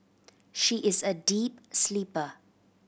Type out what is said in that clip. she is a deep sleeper